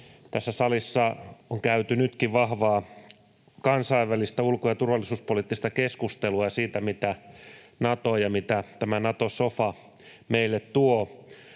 Tässä salissa on käyty nytkin vahvaa kansainvälistä ulko- ja turvallisuuspoliittista keskustelua siitä, mitä Nato ja tämä Nato-sofa meille tuovat.